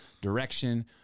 direction